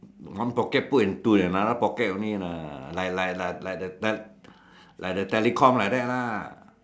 one pocket put into another pocket only lah like like like like the the telecom like that lah